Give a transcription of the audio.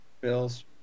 Bills